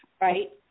right